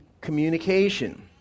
communication